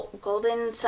Golden